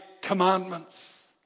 commandments